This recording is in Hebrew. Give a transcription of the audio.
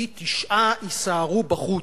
כי תשעה יישארו בחוץ.